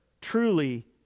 truly